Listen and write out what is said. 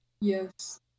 Yes